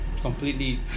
completely